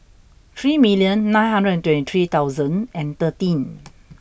three million nine hundred and twenty three thousand and thirteen